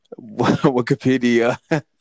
Wikipedia